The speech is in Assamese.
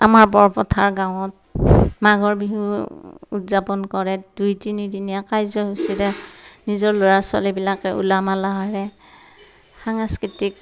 আমাৰ বৰপথাৰ গাঁৱত মাঘৰ বিহু উদযাপন কৰে দুই তিনি দিনীয়া কাৰ্যসূচীৰে নিজৰ ল'ৰা ছোৱালীবিলাকে উলহ মালহেৰে সাংস্কৃতিক